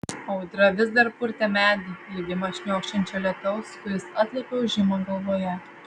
audra vis dar purtė medį lydima šniokščiančio lietaus kuris atliepė ūžimą galvoje